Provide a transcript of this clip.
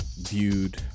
viewed